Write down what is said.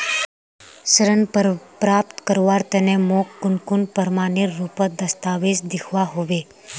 ऋण प्राप्त करवार तने मोक कुन प्रमाणएर रुपोत दस्तावेज दिखवा होबे?